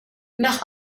nach